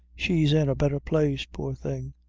she's in a betther place, poor thing.